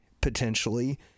potentially